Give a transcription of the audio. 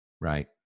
Right